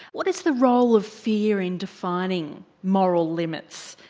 what is the role of fear in defining moral limits?